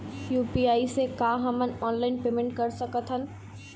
UPI से का हमन ऑनलाइन पेमेंट कर सकत हन?